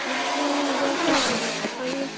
ꯂꯤꯁꯤꯡ ꯌꯥꯡꯈꯩ ꯐꯪꯉꯦ